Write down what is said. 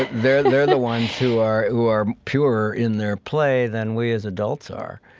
they're they're the ones who are who are purer in their play than we as adults are.